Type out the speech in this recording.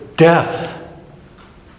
death